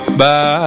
bye